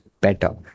better